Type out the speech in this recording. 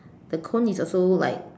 the cone is also like